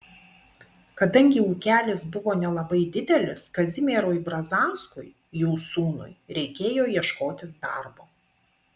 kadangi ūkelis buvo nelabai didelis kazimierui brazauskui jų sūnui reikėjo ieškotis darbo